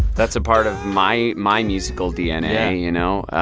that's a part of my my musical dna, you know,